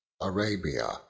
Arabia